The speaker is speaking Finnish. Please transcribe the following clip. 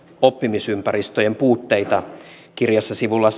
oppimisympäristöjen puutteita kirjassa sivulla